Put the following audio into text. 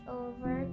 over